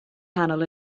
nghanol